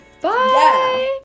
Bye